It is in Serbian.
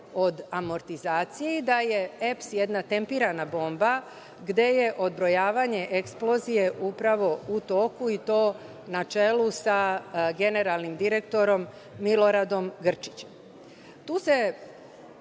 od amortizacije i da je EPS jedna tempirana bomba gde je odbrojavanje eksplozije upravo u toku i to na čelu sa generalnim direktorom Miloradom Grčićem. Tu se,